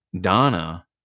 Donna